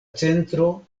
centro